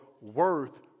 worth